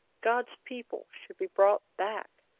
god's people should be brought back,